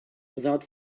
without